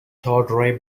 tawdry